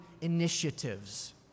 initiatives